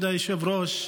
כבוד היושב-ראש,